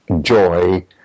joy